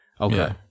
okay